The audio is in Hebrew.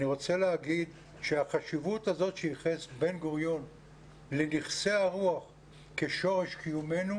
אני רוצה להגיד שהחשיבות הזאת שייחס בן גוריון לנכסי הרוח כשורש קיומנו,